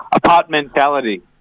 Apartmentality